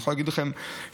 אני יכול להגיד לכם שהשנה,